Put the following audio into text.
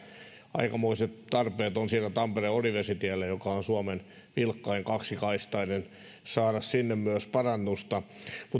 aikamoiset tarpeet on sille tampere orivesi tielle joka on suomen vilkkain kaksikaistainen saada myös parannusta